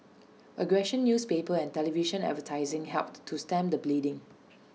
aggressive newspaper and television advertising helped to stem the bleeding